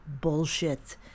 bullshit